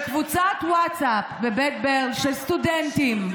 בקבוצת ווטסאפ בבית ברל, של סטודנטים,